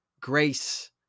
grace